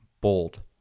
bold